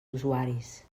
usuaris